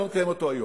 לא נקיים אותו היום.